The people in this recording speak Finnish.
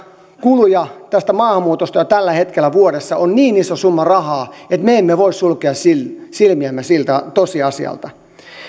kuluja tästä maahanmuutosta jo tällä hetkellä vuodessa on niin iso summa rahaa että me emme voi sulkea silmiämme siltä tosiasialta